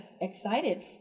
excited